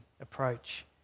approach